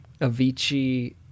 Avicii